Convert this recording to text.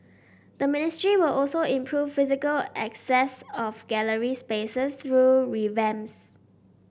the ministry will also improve physical access of gallery spaces through revamps